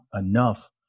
enough